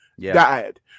died